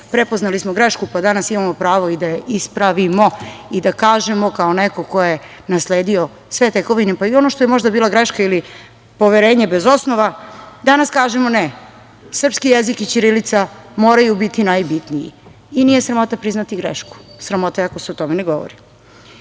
prepoznali smo grešku pa danas imamo pravo i da je ispravimo i da kažemo kao neko ko je nasledio sve tekovine, pa i ono što je možda bila greška ili poverenje bez osnova, danas kažemo – ne, srpski jezik i ćirilica moraju biti najbitniji. Nije sramota priznati grešku, sramota je ako se o tome ne govori. Nema